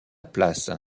place